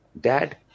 Dad